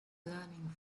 learning